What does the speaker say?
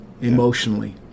emotionally